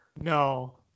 No